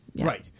Right